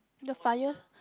the fire